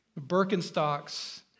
Birkenstocks